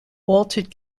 altered